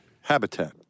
habitat